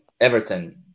Everton